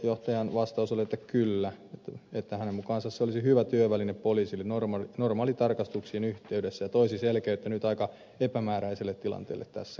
poliisijohtajan vastaus oli että kyllä hänen mukaansa se olisi hyvä työväline poliisille normaalitarkastuksien yhteydessä ja toisi selkeyttä nyt aika epämääräiselle tilanteelle tässä kohtaa